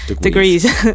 degrees